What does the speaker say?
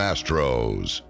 Astros